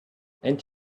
and